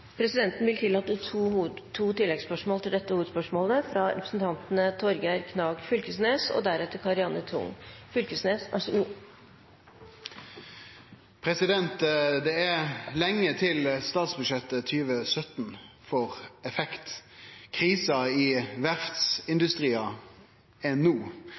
Presidenten vil tillate to oppfølgingsspørsmål – først Torgeir Knag Fylkesnes. Det er lenge til statsbudsjettet 2017 får effekt. Krisa i verftsindustrien er no.